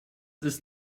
ist